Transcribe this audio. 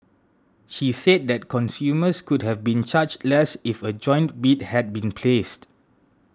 she said that consumers could have been charged less if a joint bid had been placed